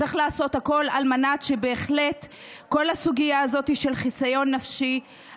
צריך לעשות הכול על מנת שבהחלט כל הסוגיה הזאת של חיסיון נפשי,